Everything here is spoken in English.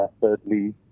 thirdly